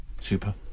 Super